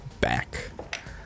back